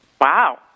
Wow